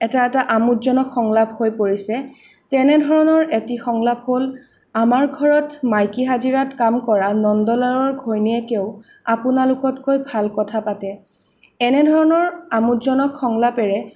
এটা এটা আমোদজনক সংলাপ হৈ পৰিছে তেনে ধৰণৰ এটি সংলাপ হ'ল আমাৰ ঘৰত মাইকী হাজিৰাত কাম কৰা নন্দলালৰ ঘৈণীয়েকেও আপোনালোকতকৈ ভাল কথা পাতে এনে ধৰণৰ আমোদজনক সংলাপেৰে